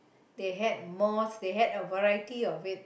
they had malls they had a variety of it